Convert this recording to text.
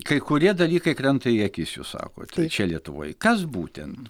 kai kurie dalykai krenta į akis jūs sakote čia lietuvoj kas būtent